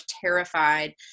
terrified